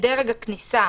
בדרג הכניסה,